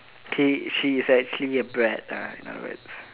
K she's actually a brat lah in other words